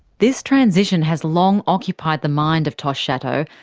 this transition has long occupied the mind of tosh szatow,